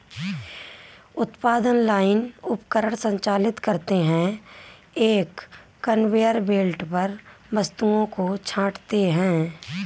उत्पादन लाइन उपकरण संचालित करते हैं, एक कन्वेयर बेल्ट पर वस्तुओं को छांटते हैं